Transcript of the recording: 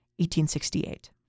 1868